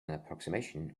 approximation